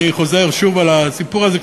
ואני חוזר שוב על הסיפור הזה,